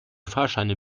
fahrscheine